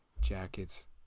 jackets